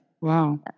Wow